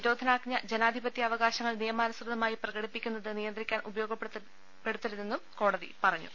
നിരോധനാജ്ഞ ജനാധിപത്യ അവകാശങ്ങൾ നിയമാനുസൃതമായി പ്രകടിപ്പിക്കുന്നത് നിയന്ത്രിക്കാൻ ഉപയോഗപ്പെടുത്ത രുതെന്നും കോടതി പറഞ്ഞു